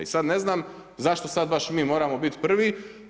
I sad ne znam zašto sad baš mi moramo bit prvi?